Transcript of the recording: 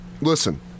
Listen